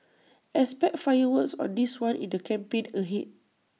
expect fireworks on this one in the campaign ahead